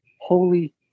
holy